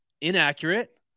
inaccurate